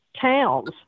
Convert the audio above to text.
towns